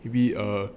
be err